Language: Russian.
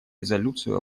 резолюцию